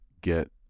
get